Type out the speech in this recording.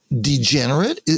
degenerate